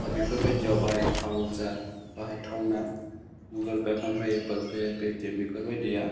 दा बेफोरबायदियाव बाहायथावना गुगोलपे फनपे एप्पोलपे पेटिएम बेफोरबायदिआ